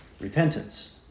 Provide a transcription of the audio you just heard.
Repentance